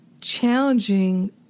challenging